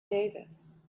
davis